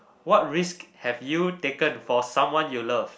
what risk have you taken for someone you love